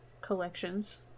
collections